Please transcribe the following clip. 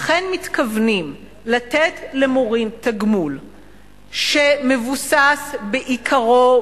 אכן מתכוונים לתת למורים תגמול שמבוסס בעיקרו,